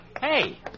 Hey